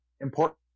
important